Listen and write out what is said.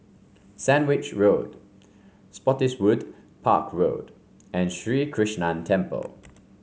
Sandwich Road Spottiswoode Park Road and Sri Krishnan Temple